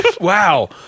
Wow